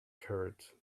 curd